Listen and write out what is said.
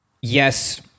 yes